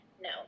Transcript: no